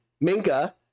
Minka